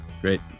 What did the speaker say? Great